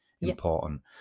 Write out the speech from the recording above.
important